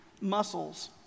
muscles